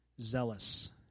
zealous